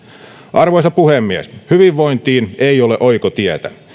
arvoisa puhemies hyvinvointiin ei ole oikotietä